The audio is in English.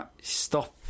stop